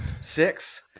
six